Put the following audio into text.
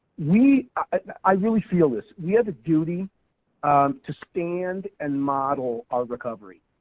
we, i really feel this, we have a duty um to stand and model our recovery.